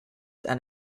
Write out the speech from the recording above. and